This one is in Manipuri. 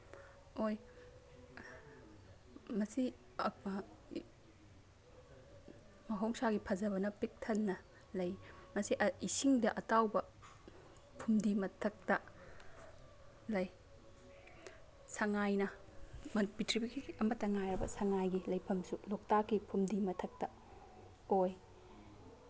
ꯑꯣꯏ ꯃꯁꯤ ꯃꯍꯧꯁꯥꯒꯤ ꯐꯖꯕꯅ ꯄꯤꯛ ꯊꯟꯅ ꯂꯩ ꯃꯁꯤ ꯏꯁꯤꯡꯗ ꯑꯇꯥꯎꯕ ꯐꯨꯝꯗꯤ ꯃꯊꯛꯇ ꯂꯩ ꯁꯉꯥꯏꯅ ꯄ꯭ꯔꯤꯊꯤꯕꯤꯒꯤ ꯑꯃꯇ ꯉꯥꯏꯔꯕ ꯁꯉꯥꯏꯒꯤ ꯂꯩꯐꯝꯁꯨ ꯂꯣꯛꯇꯥꯛꯀꯤ ꯐꯨꯝꯗꯤ ꯃꯊꯛꯇ ꯑꯣꯏ